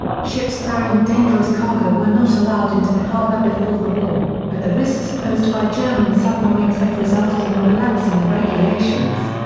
ships carrying dangerous cargo were not allowed into the harbour before the war, but the risks posed by german submarines had resulted in a relaxing of regulations.